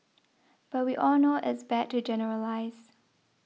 but we all know it's bad to generalise